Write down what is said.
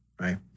right